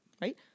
Right